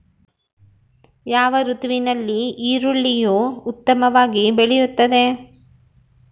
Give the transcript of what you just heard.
ಯಾವ ಋತುವಿನಲ್ಲಿ ಈರುಳ್ಳಿಯು ಉತ್ತಮವಾಗಿ ಬೆಳೆಯುತ್ತದೆ?